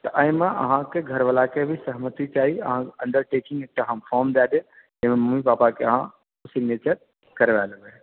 तऽ एहिमे अहाँके घरवला के भी सहमति चाही हम अंडरटेकिंग एकटा अहाँके फॉर्म दऽ देब जाहिमे मम्मी पापा के अहाँ सिग्नेचर करबा लेबै